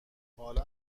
حالا